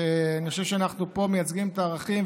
אני חושב שאנחנו מייצגים פה את הערכים,